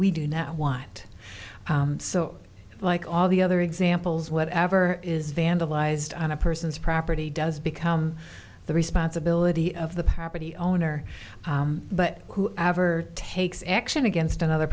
we do now want so like all the other examples whatever is vandalized on a person's property does become the responsibility of the property owner but who ever takes action against another